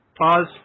Pause